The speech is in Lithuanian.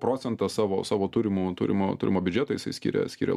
procentą savo savo turimų turimo turimo biudžeto jisai skiria skiria